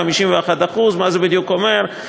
51%. מה זה בדיוק אומר?